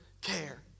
care